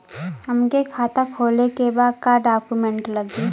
हमके खाता खोले के बा का डॉक्यूमेंट लगी?